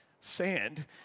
sand